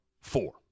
four